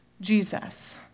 Jesus